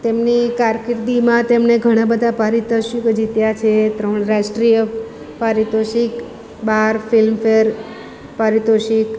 તેમની કારકિર્દીમાં તેમણે ઘણાં બધા પારિતોષિકો જીત્યા છે ત્રણ રાષ્ટ્રીય પારિતોષિક બાર ફિલ્મફેર પારિતોષિક